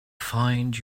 find